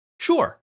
Sure